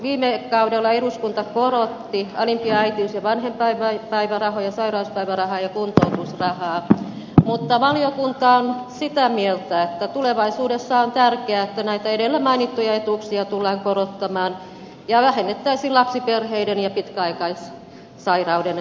viime kaudella eduskunta korotti alimpia äitiys ja vanhempainpäivärahoja sairauspäivärahaa ja kuntoutusrahaa mutta valiokunta on sitä mieltä että tulevaisuudessa on tärkeää että näitä edellä mainittuja etuuksia tullaan korottamaan ja vähennettäisiin lapsiperheiden ja pitkäaikaissairaiden köyhyysriskiä